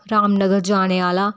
रामनगर जाने आह्ला